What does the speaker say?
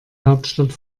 hauptstadt